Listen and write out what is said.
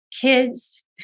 kids